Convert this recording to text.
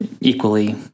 equally